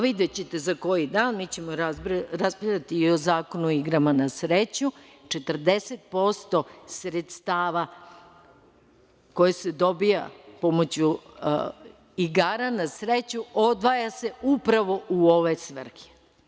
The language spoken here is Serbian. Videćete za koji dan, mi ćemo raspravljati i o Zakonu o igrama na sreću, 40% sredstava koje se dobija pomoću igara na sreću, odvaja se upravo u ove svrhe.